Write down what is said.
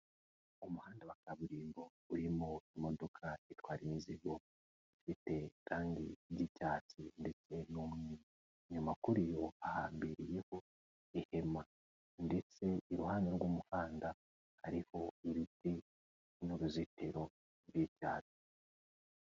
Mu handa wa kaburimbo urimo imodoka itwara imizigo ifite irangi ry'icyatsi ndetse n'umwe. Inyuma kuri yo hahambiriyeho ihema ndetse iruhande rw'umuhanda harihoibiti n'uruzitiro rw'icyatsi.